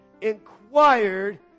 inquired